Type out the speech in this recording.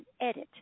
edit